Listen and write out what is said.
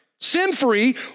sin-free